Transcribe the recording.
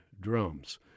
drums